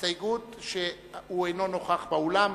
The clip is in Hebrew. הוצבעה מכיוון שהוא אינו נוכח באולם,